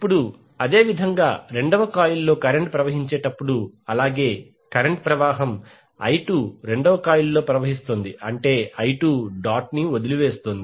ఇప్పుడు అదేవిధంగా రెండవ కాయిల్లో కరెంట్ ప్రవహించేటప్పుడు అలాగే కరెంట్ ప్రవాహం i2 రెండవ కాయిల్లో ప్రవహిస్తోంది అంటే i2 డాట్ ను వదిలివేస్తోంది